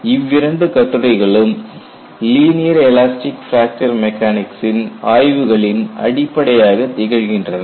இவ்விரண்டு கட்டுரைகளும் linear elastic fracture மெக்கானிக்ஸின் ஆய்வுகளின் அடிப்படையாக திகழ்கின்றன